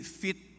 fit